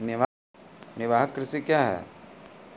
निवाहक कृषि क्या हैं?